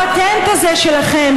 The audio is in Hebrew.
הפטנט הזה שלכם,